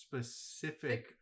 specific